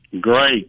great